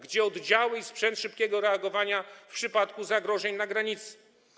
Gdzie oddziały i sprzęt szybkiego reagowania w przypadku zagrożeń na granicy?